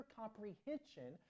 comprehension